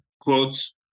quotes